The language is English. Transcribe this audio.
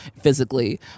physically